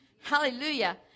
Hallelujah